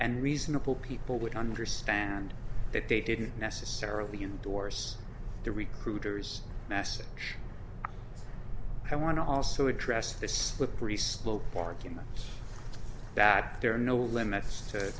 and reasonable people would understand that they didn't necessarily endorse the recruiters message i want to also address the slippery slope argument that there are no limits to